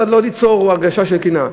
לא ליצור הרגשה של קנאה.